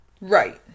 right